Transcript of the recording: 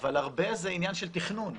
אבל הרבה זה עניין של תכנון,